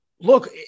look